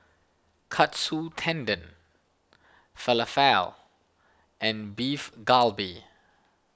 Katsu Tendon Falafel and Beef Galbi